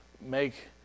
make